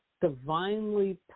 divinely